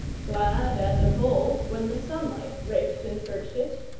glad as of old when the sunlight raked and searched it,